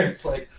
it's like,